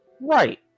Right